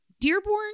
Dearborn